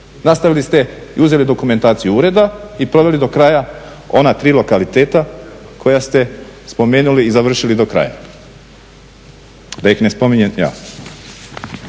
Nastavili ste i uzeli dokumentaciju ureda i proveli do kraja ona tri lokaliteta koja ste spomenuli i završili do kraja, da ih ne spominjem ja.